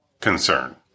concern